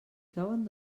cauen